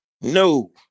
No